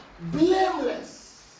Blameless